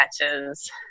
catches